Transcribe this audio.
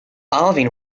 alvin